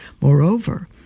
Moreover